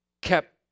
kept